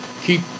keep